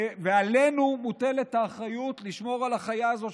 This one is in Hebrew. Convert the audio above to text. ועלינו מוטלת האחריות לשמור על החיה הזו,